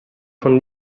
von